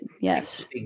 Yes